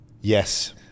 Yes